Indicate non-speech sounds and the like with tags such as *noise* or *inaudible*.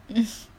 *laughs*